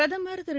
பிரதமர் திரு